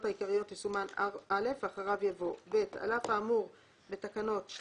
העיקריות יסומן "(א)" ואחריו יבוא: תקנות 2,